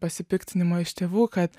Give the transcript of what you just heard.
pasipiktinimo iš tėvų kad